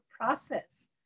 process